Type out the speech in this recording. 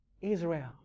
Israel